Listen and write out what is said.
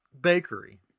bakery